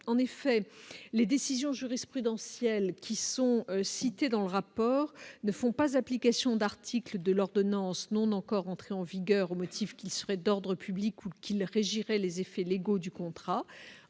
en effet, les décisions jurisprudentielles qui sont cités dans le rapport ne font pas application d'articles de l'ordonnance non encore entrée en vigueur, au motif qu'il serait d'ordre public ou qu'ils réagiraient les effets égo du contrat